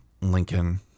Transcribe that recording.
Lincoln